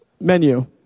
menu